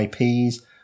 IPs